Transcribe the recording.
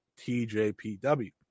tjpw